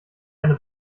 eine